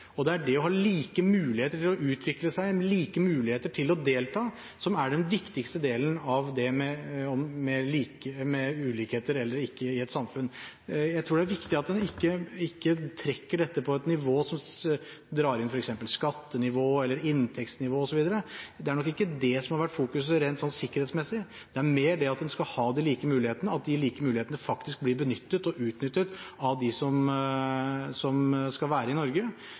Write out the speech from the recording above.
Det er det å ha like muligheter til å utvikle seg og like muligheter til å delta som er den viktigste delen av det med ulikheter eller ikke i et samfunn. Jeg tror det er viktig at en ikke legger dette på et nivå der en drar inn f.eks. skattenivå eller inntektsnivå osv. Det er nok ikke det som har vært i fokus rent sikkerhetsmessig; det er mer det at en skal ha like muligheter, og at de like mulighetene faktisk blir benyttet og utnyttet av dem som skal være i Norge,